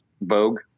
Vogue